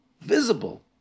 visible